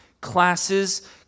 classes